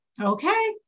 Okay